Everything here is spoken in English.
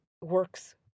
works